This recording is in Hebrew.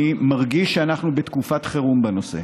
אני מרגיש שאנחנו בתקופת חירום בנושא,